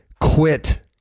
quit